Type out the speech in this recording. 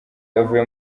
avuye